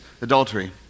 adultery